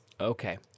Okay